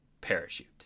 parachute